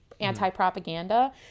Anti-propaganda